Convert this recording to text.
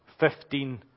15